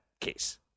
case